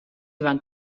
van